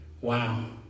Wow